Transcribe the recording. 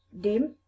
dim